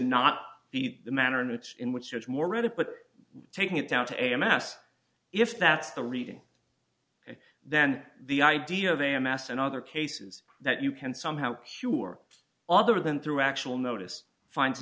not be the manner in which in which it's more read it but taking it down to a mass if that's the reading and then the idea of a mass and other cases that you can somehow cure other than through actual notice finds